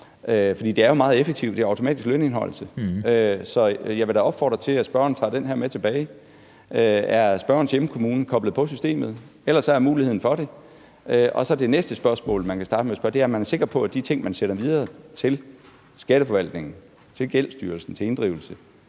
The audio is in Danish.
For det er jo meget effektivt – det er automatisk lønindeholdelse. Så jeg vil da opfordre til, at spørgeren tager den her med tilbage – er spørgerens hjemkommune koblet på systemet? Ellers er der en mulighed for det. Det er det ene. Det næste spørgsmål, man kan stille, er, om man er sikker på, at de ting, man sender videre til Skatteforvaltningen, til Gældsstyrelsen, til inddrivelse,